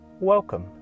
Welcome